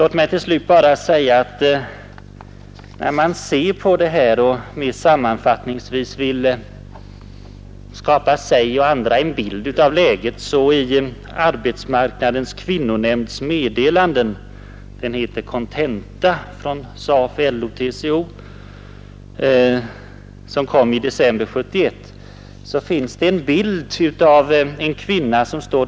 Låt mig till slut bara säga att när man ser på kvinnornas problem på arbetsmarknaden och mera sammanfattningsvis vill skapa sig och andra en bild av läget finner vi en bra bild i den ”Kontenta, Meddelande från arbetsmarknadens kvinnonämnd” — sammansatt av representanter för SAF, LO och TCO — som kom ut i december 1971.